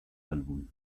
álbum